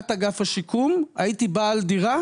מכרנו